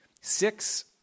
six